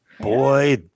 Boy